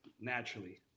naturally